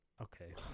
Okay